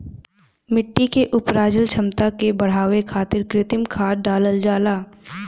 मट्टी के उपराजल क्षमता के बढ़ावे खातिर कृत्रिम खाद डालल जाला